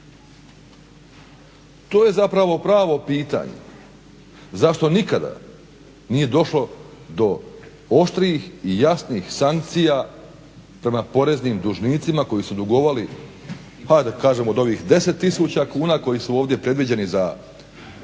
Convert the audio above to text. To je zapravo pravo pitanje. Zašto nikad nije došlo do oštrih i jasnih sankcija prema poreznim dužnicima koji su dugovali pa ajde da kažemo od ovih 10 tisuća kuna koji su ovdje predviđeni za obične